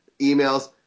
emails